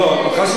מה בדיוק אתה